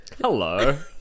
Hello